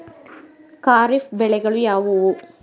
ಖಾರಿಫ್ ಬೆಳೆಗಳು ಯಾವುವು?